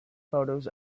photos